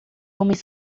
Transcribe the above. homens